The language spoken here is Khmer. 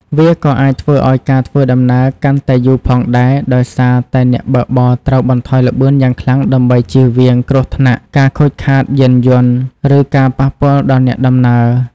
វាក៏អាចធ្វើឱ្យការធ្វើដំណើរកាន់តែយូរផងដែរ ដោយសារតែអ្នកបើកបរត្រូវបន្ថយល្បឿនយ៉ាងខ្លាំងដើម្បីជៀសវាងគ្រោះថ្នាក់ ការខូចខាតយានយន្ត ឬការប៉ះពាល់ដល់អ្នកដំណើរ។